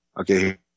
Okay